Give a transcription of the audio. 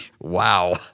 wow